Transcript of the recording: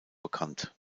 bekannt